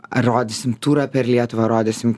ar rodysim turą per lietuvą ar rodysim